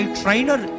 trainer